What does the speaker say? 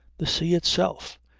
the sea itself.